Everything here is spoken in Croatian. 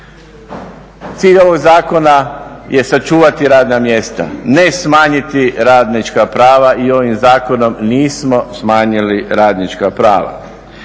Cilj ovog Zakona je sačuvati radna mjesta, ne smanjiti radnička prava i ovim Zakonom nismo smanjili radnička prava.